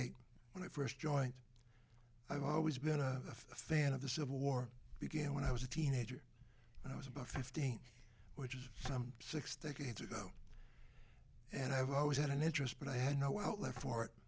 eight when i first joined i've always been a fan of the civil war began when i was a teenager and i was about fifteen which is some six decades ago and i have always had an interest but i had no outlet for it